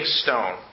stone